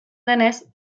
denez